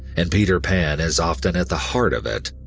and peter pan is often at the heart of it,